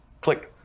click